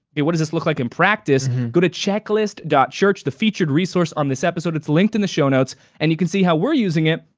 but what does this look like in practice. go to checklist church. the featured resource on this episode. it's linked in the show notes, and you can see how we're using it.